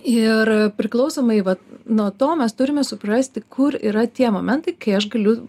ir priklausomai vat nuo to mes turime suprasti kur yra tie momentai kai aš galiu